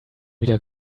wieder